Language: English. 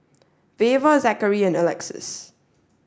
Veva Zackery and Alexys